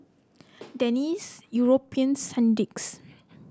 Deni's Europace Sandisk